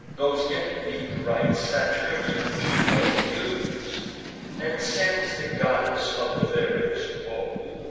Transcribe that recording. those envied rites saturnian juno views and sends the goddess of the various bow,